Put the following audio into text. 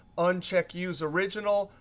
uncheck use original,